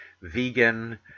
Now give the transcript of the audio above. vegan